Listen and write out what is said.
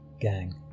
Gang